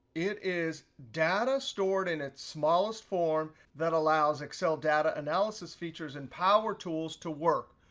it is data stored in its smallest form that allows excel data analysis features and power tools to work.